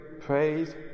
praise